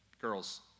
girls